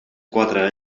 quatre